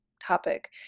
topic